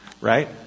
Right